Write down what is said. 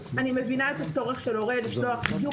אני מבינה את הצורך של הורה לשלוח בדיוק